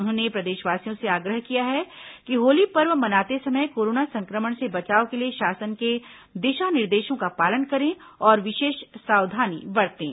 उन्होंने प्रदेशवासियों से आग्रह किया है कि होली पर्व मनाते समय कोरोना संक्रमण से बचाव के लिए शासन के दिशा निर्देशों का पालन करें और विशेष सावधानी बरतें